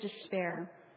despair